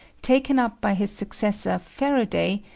taken up by his successor faraday,